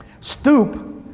stoop